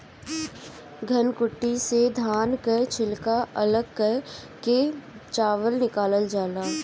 धनकुट्टी से धान कअ छिलका अलग कअ के चावल निकालल जाला